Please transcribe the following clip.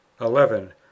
eleven